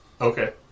Okay